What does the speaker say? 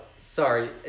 Sorry